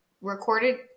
recorded